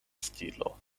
stilo